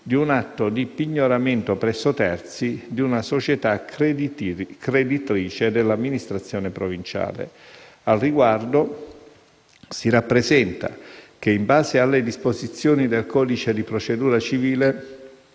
di un atto di pignoramento presso terzi di una società creditrice dell'amministrazione provinciale. Al riguardo, si rappresenta che, in base alle disposizioni del codice di procedura civile,